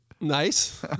Nice